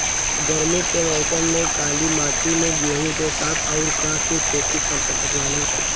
गरमी के मौसम में काली माटी में गेहूँ के साथ और का के खेती कर सकत बानी?